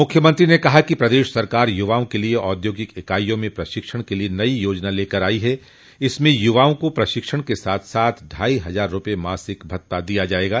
मुख्यमंत्री ने कहा कि प्रदेश सरकार युवाओं के लिए औद्योगिक इकाइयों में प्रशिक्षण के लिए नयी योजना लेकर आयी है इसमें युवाओं को प्रशिक्षण के साथ साथ ढाई हजार रूपये मासिक भत्ता दिया जाएगा